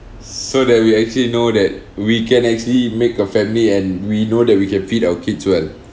so that we actually know that we can actually make a family and we know that we can feed our kids well